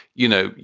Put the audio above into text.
you know,